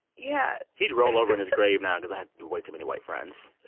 yeah he'd roll over in his grave now because i have way too many white friends.